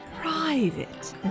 private